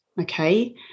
okay